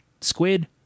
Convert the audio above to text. squid